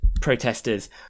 protesters